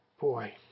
boy